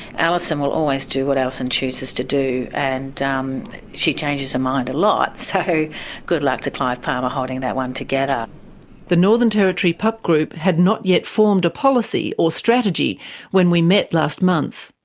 alison will always do what alison chooses to do, and um she changes her mind a lot, so good luck to clive palmer, holding that one together. the northern territory pup group had not yet formed a policy or strategy when we met last month.